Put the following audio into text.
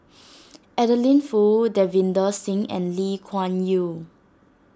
Adeline Foo Davinder Singh and Lee Kuan Yew